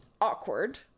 awkward